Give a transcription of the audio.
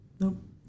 Nope